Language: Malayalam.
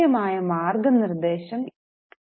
കൃത്യമായ മാർഗ്ഗനിർദ്ദേശം ഇല്ലാതെ പോയി